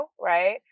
right